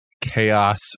chaos